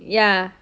ya